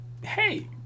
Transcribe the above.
hey